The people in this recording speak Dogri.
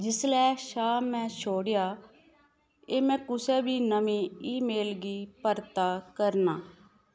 जिसलै शा में छोड़ेआ ऐ एह् में कुसै बी नमीं ईमेल गी परताऽ करनां